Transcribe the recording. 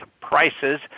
prices